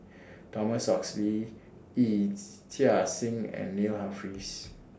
Thomas Oxley Yee Chia Hsing and Neil Humphreys